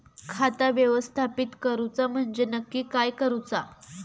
खाता व्यवस्थापित करूचा म्हणजे नक्की काय करूचा?